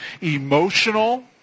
Emotional